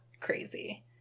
crazy